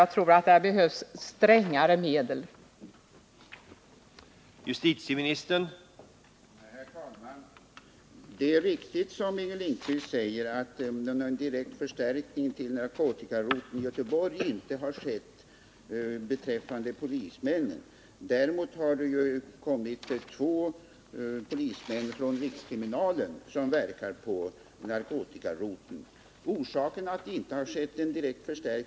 Jag tror att det behövs strängare åtgärder på den punkten.